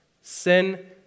Sin